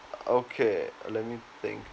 okay let me think